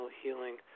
Healing